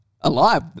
Alive